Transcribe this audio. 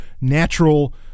natural